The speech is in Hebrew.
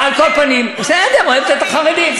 בסדר, אוהבת את החרדים.